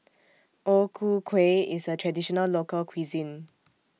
O Ku Kueh IS A Traditional Local Cuisine